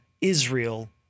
Israel